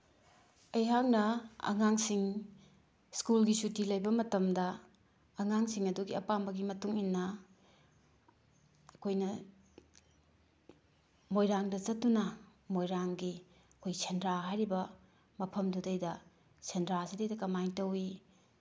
ꯑꯩꯍꯥꯛꯅ ꯑꯉꯥꯡꯁꯤꯡ ꯁ꯭ꯀꯨꯜꯒꯤ ꯁꯨꯇꯤ ꯂꯩꯕ ꯃꯇꯝꯗ ꯑꯉꯥꯡꯁꯤꯡ ꯑꯗꯨꯒꯤ ꯑꯄꯥꯝꯕꯒꯤ ꯃꯇꯨꯡꯏꯟꯅ ꯑꯩꯈꯣꯏꯅ ꯃꯣꯏꯔꯥꯡꯗ ꯆꯠꯇꯨꯅ ꯃꯣꯏꯔꯥꯡꯒꯤ ꯑꯩꯈꯣꯏ ꯁꯦꯟꯗ꯭ꯔꯥ ꯍꯥꯏꯔꯤꯕ ꯃꯐꯝꯗꯨꯗꯩꯗ ꯁꯦꯟꯗ꯭ꯔꯁꯤꯗꯩꯗ ꯀꯃꯥꯏꯅ ꯇꯧꯋꯤ